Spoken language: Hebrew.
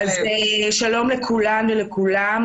שלום לכולם ולכולן.